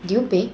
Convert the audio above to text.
did you pay